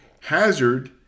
hazard